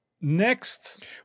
next